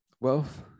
wealth